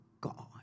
God